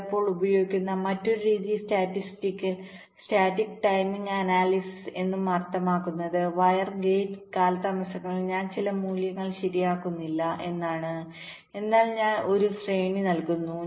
ചിലപ്പോൾ ഉപയോഗിക്കുന്ന മറ്റൊരു രീതി സ്റ്റാറ്റിസ്റ്റിക്കൽ സ്റ്റാറ്റിക് ടൈമിംഗ് അനാലിസിസ്എന്നും അർത്ഥമാക്കുന്നത് വയർ ഗേറ്റ് കാലതാമസങ്ങളിൽ ഞാൻ ചില മൂല്യങ്ങൾ ശരിയാക്കുന്നില്ല എന്നാണ് എന്നാൽ ഞാൻ ഒരു ശ്രേണി നൽകുന്നു